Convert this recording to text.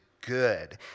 good